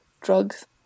drugs